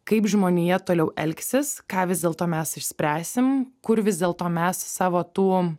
kaip žmonija toliau elgsis ką vis dėlto mes išspręsim kur vis dėlto mes savo tų